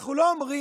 אנחנו לא אומרים: